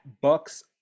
Bucks